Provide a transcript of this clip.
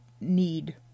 need